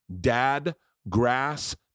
dadgrass